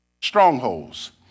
strongholds